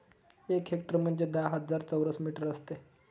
एक हेक्टर म्हणजे दहा हजार चौरस मीटर असते